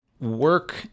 work